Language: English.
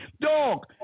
dog